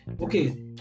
okay